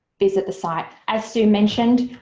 visit the site. as sue mentioned,